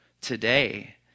today